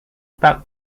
pak